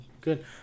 Good